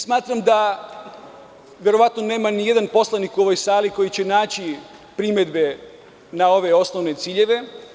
Smatram da verovatno nema nijednog poslanika u ovoj sali koji će naći primedbe na ove osnovne ciljeve.